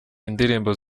indirimbo